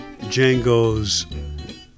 Django's